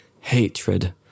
hatred